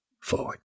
forward